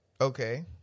Okay